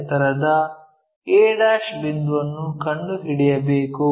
ಎತ್ತರದ a ಬಿಂದುವನ್ನು ಕಂಡುಹಿಡಿಯಬೇಕು